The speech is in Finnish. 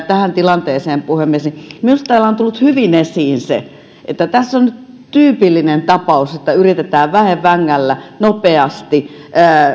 tähän tilanteeseen puhemies niin minusta täällä on tullut hyvin esiin se että tässä on nyt tyypillinen tapaus jossa yritetään väen vängällä nopeasti